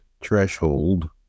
threshold